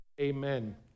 Amen